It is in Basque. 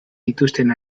dituzten